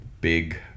big